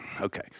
Okay